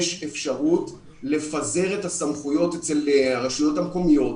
יש אפשרות לפזר את הסמכויות אצל הרשויות המקומיות,